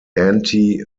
anti